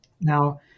Now